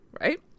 right